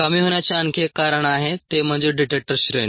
कमी होण्याचे आणखी एक कारण आहे ते म्हणजे डिटेक्टर श्रेणी